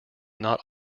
not